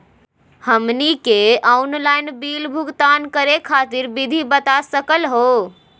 हमनी के online bill भुगतान करे खातीर विधि बता सकलघ हो?